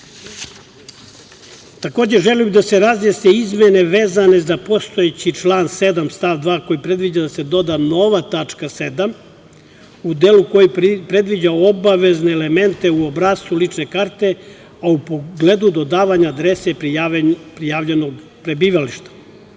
želim da se razjasne izmene vezane za postojeći član 7. stav 2. koji predviđa da se doda nova tačka 7. u delu koji predviđa obavezne elemente u obrascu lične karte u pogledu dodavanja adrese prijavljenog prebivališta.